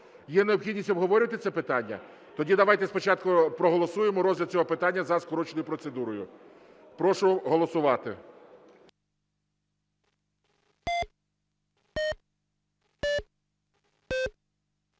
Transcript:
Є необхідність обговорювати це питання? Тоді давайте спочатку проголосуємо розгляд цього питання за скороченою процедурою. Прошу голосувати.